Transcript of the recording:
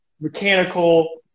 mechanical